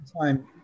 time